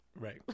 Right